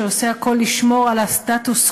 שעושה הכול לשמור על הסטטוס-קוו.